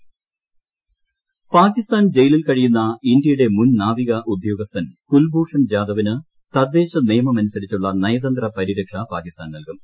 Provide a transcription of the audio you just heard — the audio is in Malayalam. കുൽഭൂഷൺ ജാദവ് പാകിസ്ഥാൻ ജയിലിൽ കഴിയുന്ന ഇന്ത്യയുടെ മുൻ നാവിക ഉദ്യോഗസ്ഥൻ കുൽഭൂഷൺ ജാദവിന് തദ്ദേശനിയമമനുസരിച്ചുള്ള നയതന്ത്ര പരിരക്ഷ പാകിസ്ഥാൻ നൽകും